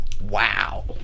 Wow